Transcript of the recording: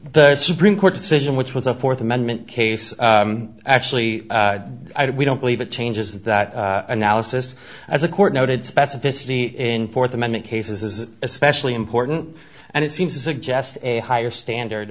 the supreme court decision which was a fourth amendment case actually i did we don't believe it changes that analysis as a court noted specificity in fourth amendment cases is especially important and it seems to suggest a higher standard